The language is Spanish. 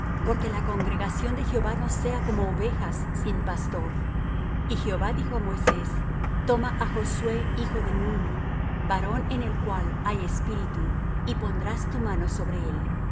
porque la congregación de jehová no sea como ovejas sin pastor y jehová dijo á moisés toma á josué hijo de nun varón en el cual hay espíritu y pondrás tu mano sobre él